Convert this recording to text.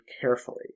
carefully